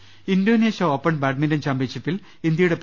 ദർവ്വെട്ടറ Indonesia open badminton ചാമ്പ്യൻഷിപ്പിൽ ഇന്ത്യയുടെ പി